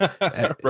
Right